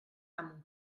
amo